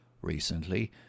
Recently